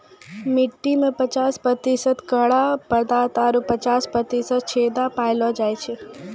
मट्टी में पचास प्रतिशत कड़ा पदार्थ आरु पचास प्रतिशत छेदा पायलो जाय छै